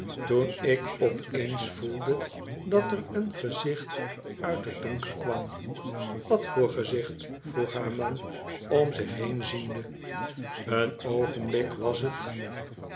toen ik op eens voelde dat er eeo gezicht uit het donker kwam wat voor gezicht vroeg haar man om zich heen ziende en oogenblik was het